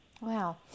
Wow